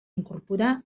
incorporar